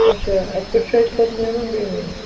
اَچھا اَتہِ پٮ۪ٹھ چھُ اَسہِ پَتہٕ نیرُن بیٚمُن